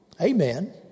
Amen